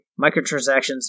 microtransactions